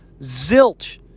zilch